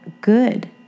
good